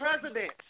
president